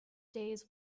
days